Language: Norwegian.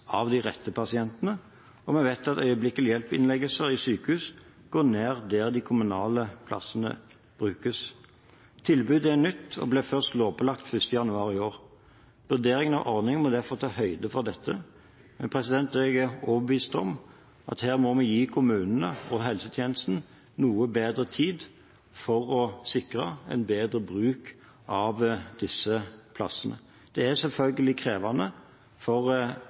av de rette pasientene, og vi vet at øyeblikkelig hjelp-innleggelser i sykehus går ned der de kommunale plassene brukes. Tilbudet er nytt og ble først lovpålagt 1. januar i år. Vurderingen av ordningen må derfor ta høyde for dette. Jeg er overbevist om at her må vi gi kommunene og helsetjenesten noe bedre tid for å sikre en bedre bruk av disse plassene. Det er selvfølgelig krevende for